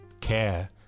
care